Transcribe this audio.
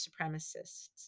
supremacists